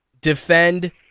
defend